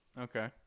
Okay